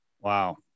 Wow